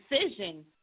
decision